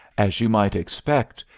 as you might expect,